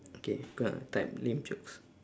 okay got enough time lame jokes